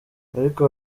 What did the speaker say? ariko